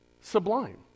Sublime